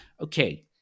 Okay